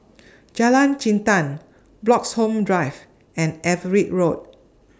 Jalan Jintan Bloxhome Drive and Everitt Road